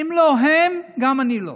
אם לא הם, גם אני לא.